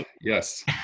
Yes